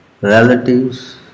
relatives